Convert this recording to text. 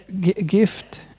gift